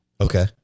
Okay